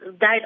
died